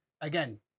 again